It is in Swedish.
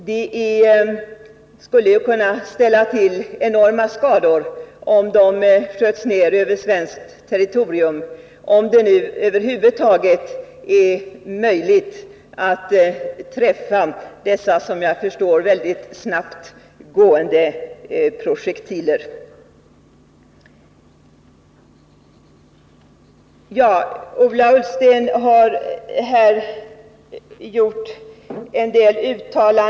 Det skulle ju kunna uppstå enorma skador, om de sköts ned över svenskt territorium — om det nu över huvud taget är möjligt att träffa dem. Ola Ullsten har sagt att NATO:s planer är olyckliga.